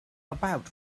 about